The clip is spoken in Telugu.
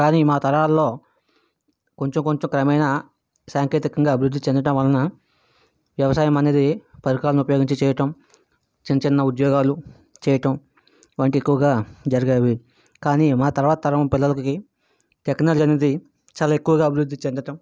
కానీ మా తరాల్లో కొంచెం కొంచెం క్రమేణా సాంకేతికంగా అభివృద్ధి చెందడం వలన వ్యవసాయం అనేది పరికరాలను ఉపయోగించి చేయటం చిన్నచిన్న ఉద్యోగాలు చేయటం వంటి ఎక్కువగా జరిగేవి కానీ మా తర్వాత తరం పిల్లలకి టెక్నాలజీ అనేది చాలా ఎక్కువగా అభివృద్ధి చెందటం